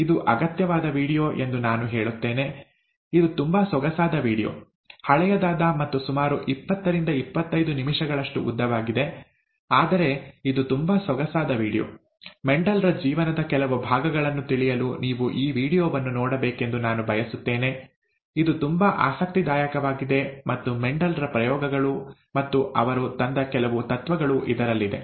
ಇದು ಅಗತ್ಯವಾದ ವೀಡಿಯೊ ಎಂದು ನಾನು ಹೇಳುತ್ತೇನೆ ಇದು ತುಂಬಾ ಸೊಗಸಾದ ವೀಡಿಯೊ ಹಳೆಯದಾಗಿದೆ ಮತ್ತು ಸುಮಾರು ಇಪ್ಪತ್ತರಿಂದ ಇಪ್ಪತ್ತೈದು ನಿಮಿಷಗಳಷ್ಟು ಉದ್ದವಾಗಿದೆ ಆದರೆ ಇದು ತುಂಬಾ ಸೊಗಸಾದ ವೀಡಿಯೊ ಮೆಂಡೆಲ್ ರ ಜೀವನದ ಕೆಲವು ಭಾಗಗಳನ್ನು ತಿಳಿಯಲು ನೀವು ಈ ವೀಡಿಯೊವನ್ನು ನೋಡಬೇಕೆಂದು ನಾನು ಬಯಸುತ್ತೇನೆ ಇದು ತುಂಬಾ ಆಸಕ್ತಿದಾಯಕವಾಗಿದೆ ಮತ್ತು ಮೆಂಡೆಲ್ ರ ಪ್ರಯೋಗಗಳು ಮತ್ತು ಅವರು ತಂದ ಕೆಲವು ತತ್ವಗಳು ಇದರಲ್ಲಿದೆ